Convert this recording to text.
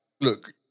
look